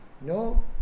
no